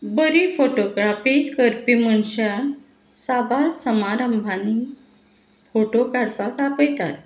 बरी फोटोग्राफी करपी मनशां साबार समारंभानी फोटो काडपाक आपयतात